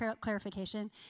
clarification